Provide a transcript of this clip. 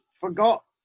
forgot